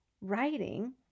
writing